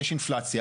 יש אינפלציה,